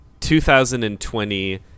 2020